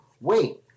wait